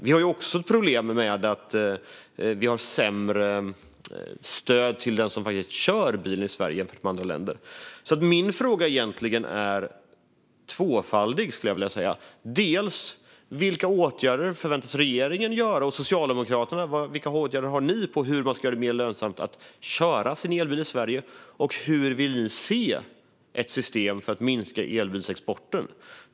Vi har också problem med att vi har sämre stöd till den som faktiskt kör bilen i Sverige jämfört med andra länder. Min fråga är tvådelad. Vilka åtgärder förväntas regeringen och Socialdemokraterna göra när det gäller att göra det mer lönsamt att köra sin elbil i Sverige, och hur vill ni se ett system för att minska elbilsexporten?